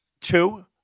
Two